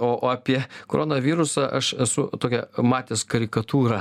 o apie koronavirusą aš esu tokią matęs karikatūrą